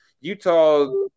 Utah